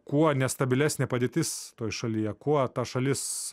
kuo nestabilesnė padėtis toj šalyje kuo ta šalis